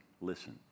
listen